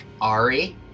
Ari